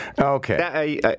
Okay